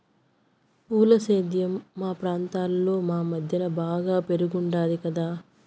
పూల సేద్యం మా ప్రాంతంలో ఈ మద్దెన బాగా పెరిగుండాది కదా